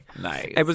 Nice